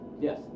Yes